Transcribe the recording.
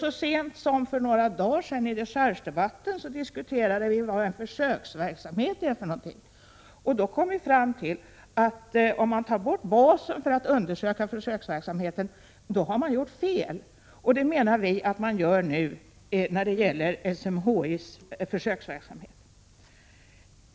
Så sent som för några dagar sedan diskuterade vi i dechargedebatten vad en försöksverksamhet är för något. Vi kom då fram till att om man tar bort basen för att utvärdera försöksverksamheten så har man gjort fel. Vi menar att man nu gör fel när det gäller SMHI:s försöksverksamhet.